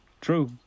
True